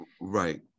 right